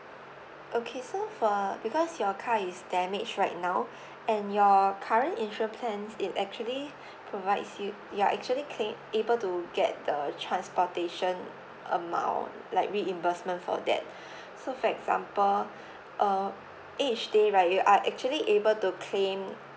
okay so for because your car is damaged right now and your current insurance plan it actually provides you you are actually can able to get the transportation amount like reimbursement for that so for example uh each day right you are actually able to claim